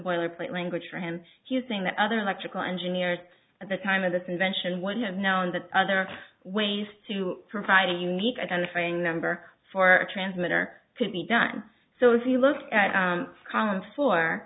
boilerplate language for him he's saying that other electrical engineers at the time of this invention would have known that other ways to provide a unique identifying number for a transmitter could be done so if you look at for for